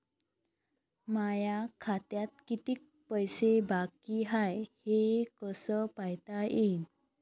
माया खात्यात कितीक पैसे बाकी हाय हे कस पायता येईन?